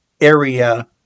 area